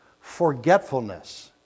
forgetfulness